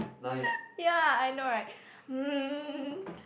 ya I know right um